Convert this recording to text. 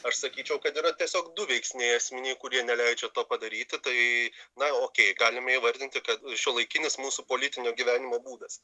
aš sakyčiau kad yra tiesiog du veiksniai esminiai kurie neleidžia to padaryti tai na okei galima įvardinti kad šiuolaikinis mūsų politinio gyvenimo būdas